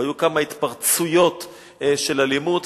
והיו כמה התפרצויות של אלימות.